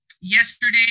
Yesterday